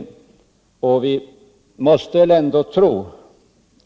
Vi 150 måste väl ändå tro.